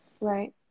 Right